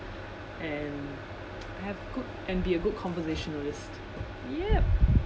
and I have good and be a good conversationalist yep